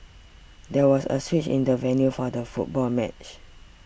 there was a switch in the venue for the football match